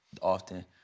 often